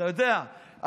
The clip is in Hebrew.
אתה יודע,